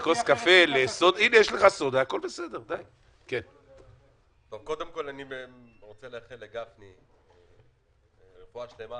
קודם כול אני רוצה לאחל לגפני רפואה שלמה,